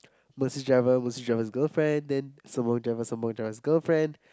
Mercedes driver Mercedes driver's girlfriend then Sembawang driver Sembawang's driver girlfriend